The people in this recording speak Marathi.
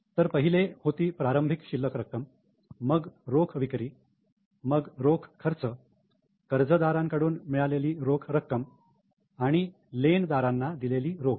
तर पहिले होती प्रारंभिक शिल्लक रोख रक्कम मग रोख विक्री मग रोख खर्च कर्जदारांकडून मिळालेली रोख रक्कम आणि लेनदारांना दीलेली रोख